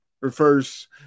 refers